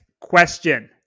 question